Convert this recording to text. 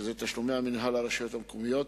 תשלומי המינהל לרשויות מקומיות,